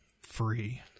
free